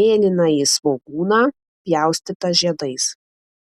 mėlynąjį svogūną pjaustytą žiedais